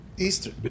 Easter